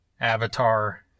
Avatar